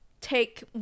take